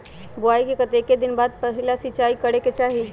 बोआई के कतेक दिन बाद पहिला सिंचाई करे के चाही?